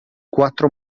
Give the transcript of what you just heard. quattro